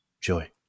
joy